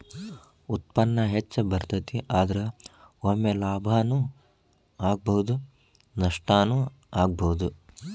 ಉತ್ಪನ್ನಾ ಹೆಚ್ಚ ಬರತತಿ, ಆದರ ಒಮ್ಮೆ ಲಾಭಾನು ಆಗ್ಬಹುದು ನಷ್ಟಾನು ಆಗ್ಬಹುದು